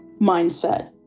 mindset